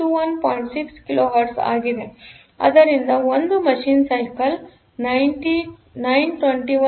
6 kilohertz ಆಗಿದೆ ಮತ್ತು ಆದ್ದರಿಂದ ಒಂದು ಮಷೀನ್ ಸೈಕಲ್ವು 921